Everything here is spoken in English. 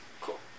Cool